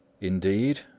Indeed